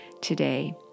today